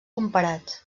comparats